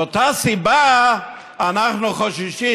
מאותה סיבה אנחנו חוששים,